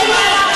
נסיגה מלאה,